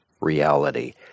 reality